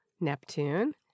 Neptune